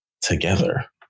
together